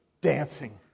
dancing